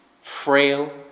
frail